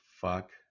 fuck